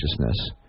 consciousness